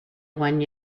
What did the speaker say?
one